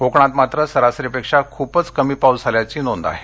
कोकणात मात्र सरासरीपेक्षा खूपच कमी पाऊस झाल्याचं नोंद आहे